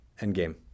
Endgame